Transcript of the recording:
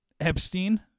Epstein